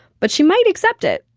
but she might accept it,